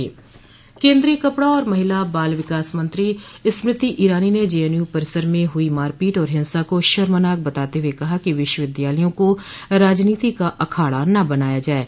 केन्द्रीय कपड़ा और महिला बाल विकास मंत्री स्मृति ईरानी ने जेएनयू परिसर में हुई मारपीट आर हिंसा को शर्मनाक बताते हुए कहा है कि विश्वविद्यालयों को राजनीति का अखाड़ा न बनाया जाये